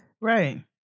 Right